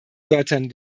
wörtern